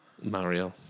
Mario